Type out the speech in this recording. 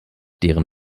deren